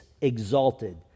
exalted